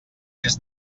més